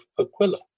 Aquila